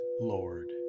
Lord